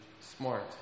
smart